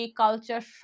culture